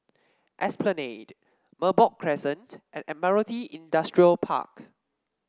Esplanade Merbok Crescent and Admiralty Industrial Park